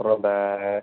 அப்புறம் அந்த